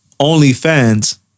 OnlyFans